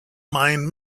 mine